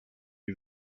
who